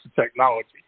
technology